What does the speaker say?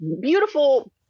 beautiful